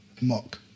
mock